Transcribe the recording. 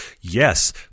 yes